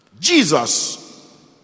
Jesus